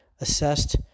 assessed